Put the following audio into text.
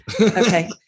Okay